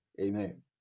Amen